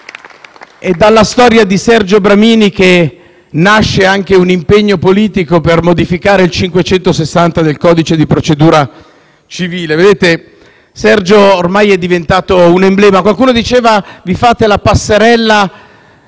è dalla storia di Sergio Bramini che nasce anche un impegno politico per modificare l'articolo 560 del codice di procedura civile. Sergio ormai è diventato un emblema. Qualcuno diceva: «vi fate la passerella